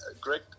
Greg